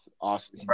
awesome